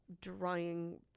drying